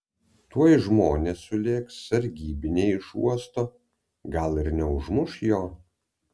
tuoj žmonės sulėks sargybiniai iš uosto gal ir neužmuš jo